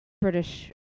British